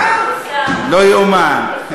לא יאומן.